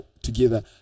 together